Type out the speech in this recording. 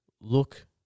Look